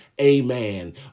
amen